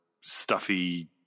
stuffy